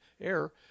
air